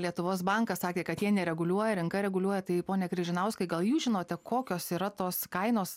lietuvos bankas sakė kad jie nereguliuoja rinka reguliuoja tai pone križinauskai gal jūs žinote kokios yra tos kainos